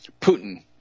Putin